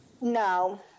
No